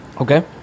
okay